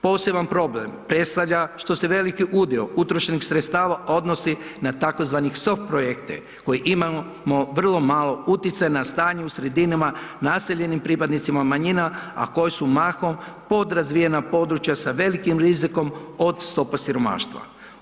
Poseban problem predstavlja što se veliki udio utrošenih sredstava odnosi na tzv. soft projekte koje imamo vrlo malo uticaj na stanje u sredinama naseljenim pripadnicima manjina, a koje su mahom podrazvijena područja sa velikim rizikom od stopa siromaštva.